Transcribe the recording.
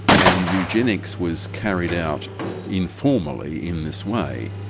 and eugenics was carried out informally in this way.